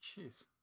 Jeez